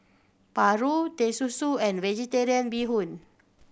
paru Teh Susu and Vegetarian Bee Hoon